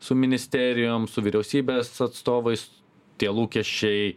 su ministerijom su vyriausybės atstovais tie lūkesčiai